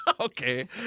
okay